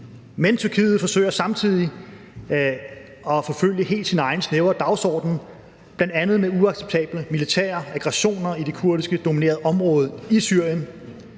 men Tyrkiet forsøger samtidig at forfølge sin helt egen, snævre dagsorden, bl.a. med uacceptable militære aggressioner i det kurdisk dominerede område i Syrien.